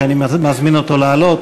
שאני מזמין אותו לעלות,